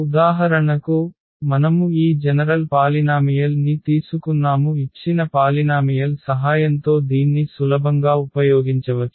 ఉదాహరణకు మనము ఈ జనరల్ పాలినామియల్ ని తీసుకున్నాము ఇచ్చిన పాలినామియల్ సహాయంతో దీన్ని సులభంగా ఉపయోగించవచ్చు